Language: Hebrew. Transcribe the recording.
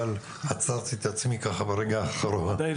אבל עצרתי את עצמי ככה ברגע האחרון.